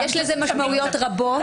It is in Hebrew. יש לזה משמעויות רבות.